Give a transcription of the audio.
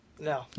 No